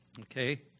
okay